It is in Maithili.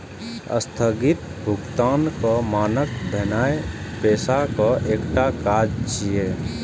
स्थगित भुगतानक मानक भेनाय पैसाक एकटा काज छियै